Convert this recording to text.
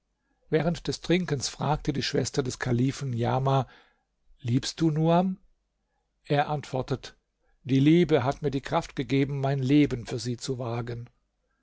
während des trinkens fragte die schwester des kalifen niamah liebst du nuam er antwortet die liebe hat mir die kraft gegeben mein leben für sie zu wagen